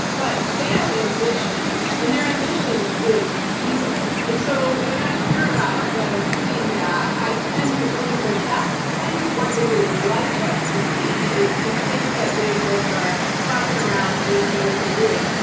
but they have ambition and their ambition is evil. and so when i hear about them doing that, i tend to think that that's kind of what they would like us to see, is to think that they just are fucking around and they don't know what they're doing.